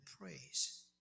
praise